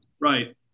Right